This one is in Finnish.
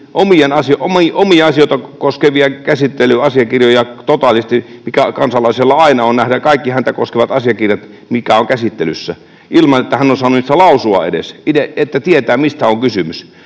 omia asioitaan koskeviin käsittelyasiakirjoihin totaalisesti — kansalaisella aina on oikeus nähdä kaikki häntä koskevat asiakirjat, mitkä ovat käsittelyssä — ilman, että hän on saanut niistä lausua edes, että tietää, mistä on kysymys,